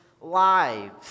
lives